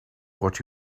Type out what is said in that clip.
what